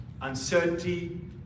uncertainty